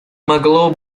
могло